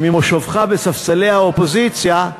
ממושבך בספסלי האופוזיציה,